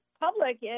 public